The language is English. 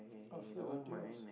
after until house